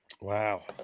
Wow